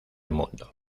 mundo